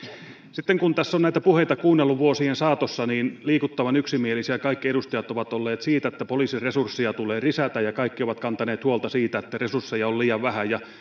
sitten kun tässä on näitä puheita kuunnellut vuosien saatossa niin liikuttavan yksimielisiä kaikki edustajat ovat olleet siitä että poliisin resursseja tulee lisätä ja kaikki ovat kantaneet huolta siitä että resursseja on liian vähän